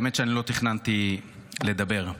האמת שלא תכננתי לדבר,